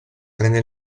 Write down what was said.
prende